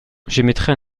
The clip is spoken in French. j’émettrai